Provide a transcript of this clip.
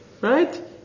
Right